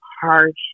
hardship